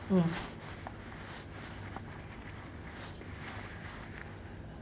mm